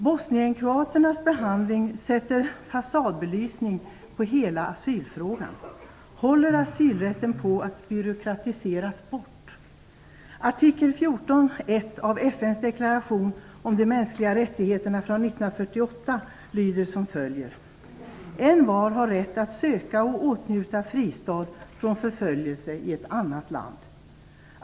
Bosnienkroaternas behandling sätter fasadbelysning på hela asylfrågan. Håller asylrätten på att byråkratiseras bort? Artikel 14:1 i FN:s deklaration om de mänskliga rättigheterna från 1948 lyder som följer: Envar har rätt att söka och åtnjuta fristad från förföljelse i ett annat land.